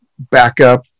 backup